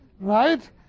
right